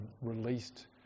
released